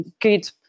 Good